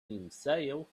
himself